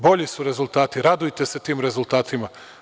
Bolji su rezultati, radujte se tim rezultatima.